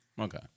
Okay